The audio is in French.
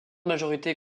majorité